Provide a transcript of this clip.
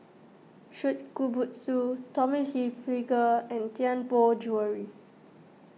Shokubutsu Tommy Hilfiger and Tianpo Jewellery